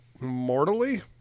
mortally